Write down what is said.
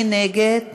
מי נגד?